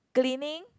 cleaning